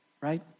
right